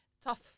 tough